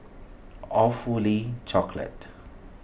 Awfully Chocolate